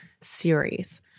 series